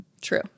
True